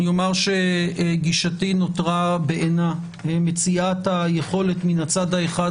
אני אומר שגישתי נותרה בעינה למציאת היכולת מן הצד האחד